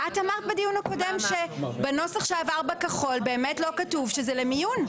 את אמרת בדיון הקודם שבנוסח שעבר בכחול באמת לא כתוב שזה למיון.